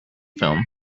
film